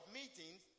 meetings